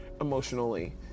emotionally